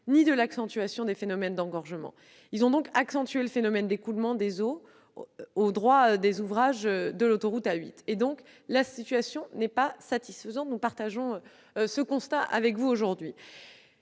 ni de l'accentuation des phénomènes d'engorgement. Ils ont en conséquence aggravé le phénomène d'écoulement des eaux au droit des ouvrages de l'autoroute A8. La situation n'est donc pas satisfaisante ; nous partageons ce constat avec vous. Soucieuse